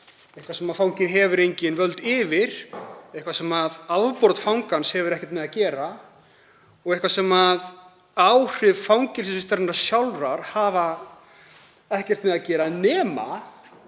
eitthvað sem fanginn hefur engin völd yfir, eitthvað sem afbrot fangans hefur ekkert með að gera og eitthvað sem áhrif fangelsisvistarinnar sjálfrar hafa ekkert með að gera, nema